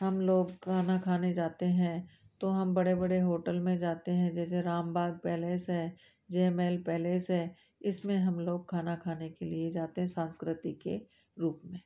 हम लोग खाना खाने जाते हैं तो हम बड़े बड़े होटल में जाते हैं जैसे रामबाग पैलेस है जयमहल पैलेस है इसमे हम लोग खाना खाने के लिए जाते हैं सांस्कृति के रूप में